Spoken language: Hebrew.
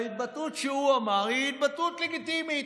ההתבטאות שהוא אמר היא התבטאות לגיטימית.